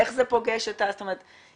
איך זה פוגש -- זאת אומרת,